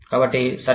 కాబట్టి సరే